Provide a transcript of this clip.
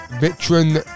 veteran